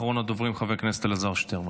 אחרון הדוברים, חבר הכנסת אלעזר שטרן,